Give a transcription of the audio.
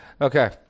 Okay